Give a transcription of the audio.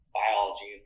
biology